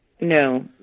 No